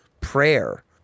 prayer